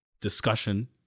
discussion